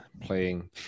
playing